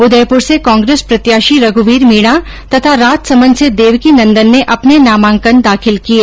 उदयपुर से कांग्रेस प्रत्याशी रघुवीर मीणा तथा राजसमंद से देवकीनंदन ने अपने नामांकन दाखिल किए